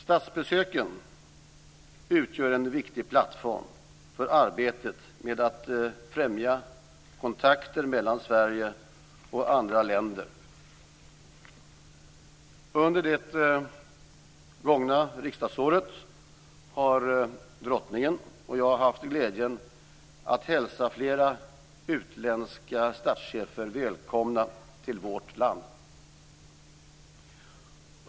Statsbesöken utgör en viktig plattform för arbetet med att främja kontakter mellan Sverige och andra länder. Under det gångna riksdagsåret har Drottningen och jag haft glädjen att hälsa flera utländska statschefer välkomna till vårt land.